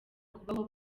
kubaho